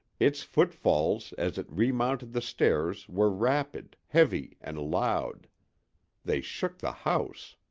its footfalls as it remounted the stairs were rapid, heavy and loud they shook the house.